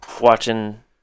watching